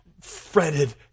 fretted